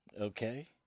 okay